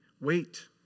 wait